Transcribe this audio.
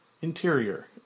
Interior